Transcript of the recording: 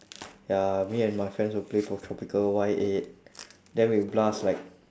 ya me and my friends will play poptropica Y eight then we'll blast like